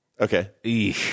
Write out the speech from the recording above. Okay